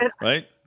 Right